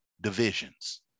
divisions